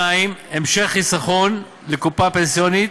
2. המשך חיסכון לקופה פנסיונית